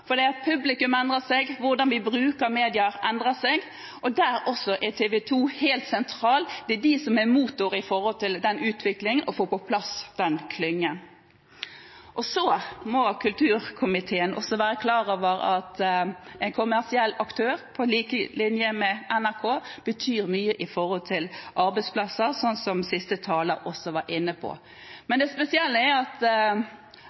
for publikum endrer seg, og hvordan vi bruker medier, endrer seg. Der også er TV 2 helt sentral – det er de som er motoren i den utviklingen og i å få på plass den klyngen. Kulturkomiteen må også være klar over at en kommersiell aktør – på lik linje med NRK – betyr mye for arbeidsplasser, som siste taler også var inne på.